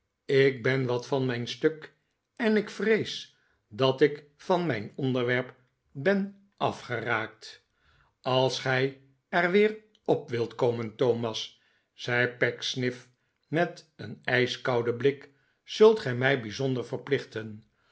ik ben wat van mijn stuk en ik vrees dat ik van mijn onderwerp ben afgeraakt als gij er weer op wilt komen thomas zei pecksniff met een ijskouden blik zult gij mij bijzonder verplichten